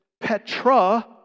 Petra